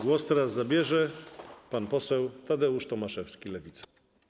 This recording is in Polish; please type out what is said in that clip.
Głos teraz zabierze pan poseł Tadeusz Tomaszewski, Lewica.